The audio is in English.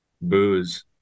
Booze